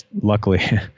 luckily